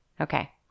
Okay